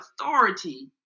authority